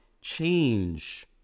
change